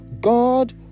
God